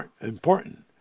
important